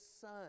son